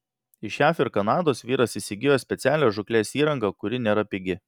iš jav ir kanados vyras įsigijo specialią žūklės įrangą kuri nėra pigi